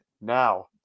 now